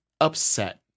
upset